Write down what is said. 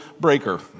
breaker